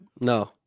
No